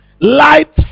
Light